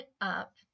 up